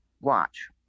watch